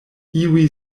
iuj